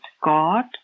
God